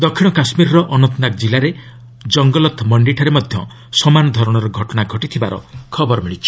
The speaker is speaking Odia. ଦକ୍ଷିଣ କାଶ୍ମୀରର ଅନନ୍ତନାଗ ଜିଲ୍ଲାରେ ଜଙ୍ଗଲତ ମଣ୍ଡିଠାରେ ମଧ୍ୟ ସମାନ ଧରଣର ଘଟଣା ଘଟିଥିବାର ଖବର ମିଳିଛି